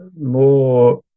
more